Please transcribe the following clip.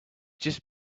just